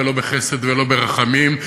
לא בחסד ולא ברחמים,